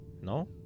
No